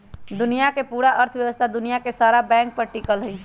दुनिया के पूरा अर्थव्यवस्था दुनिया के सारा बैंके पर टिकल हई